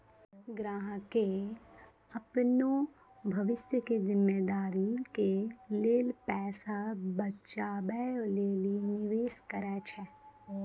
ग्राहकें अपनो भविष्य के जिम्मेदारी के लेल पैसा बचाबै लेली निवेश करै छै